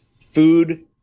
food